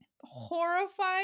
horrified